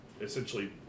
essentially